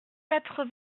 quatre